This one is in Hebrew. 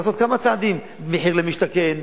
צריך לעשות כמה צעדים: מחיר למשתכן,